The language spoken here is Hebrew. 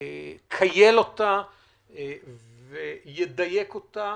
יכייל אותה וידייק אותה